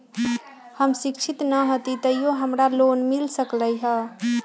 हम शिक्षित न हाति तयो हमरा लोन मिल सकलई ह?